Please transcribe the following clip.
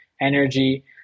energy